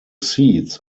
seats